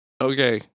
Okay